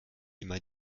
immer